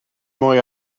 mwy